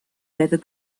better